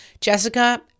Jessica